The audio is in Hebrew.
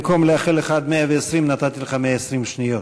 במקום לאחל לך עד 120 נתתי לך 120 שניות.